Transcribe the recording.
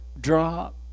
drop